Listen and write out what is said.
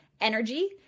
energy